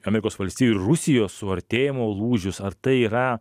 amerikos valstijų ir rusijos suartėjimo lūžius ar tai yra